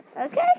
Okay